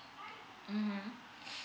mmhmm